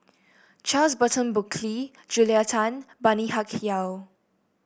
Charles Burton Buckley Julia Tan Bani Haykal